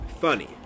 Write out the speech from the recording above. funny